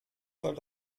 soll